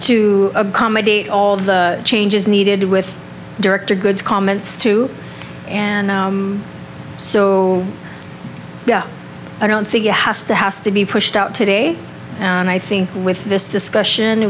to accommodate all the changes needed with director goods comments too and so i don't think it has to has to be pushed out today and i think with this discussion